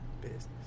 business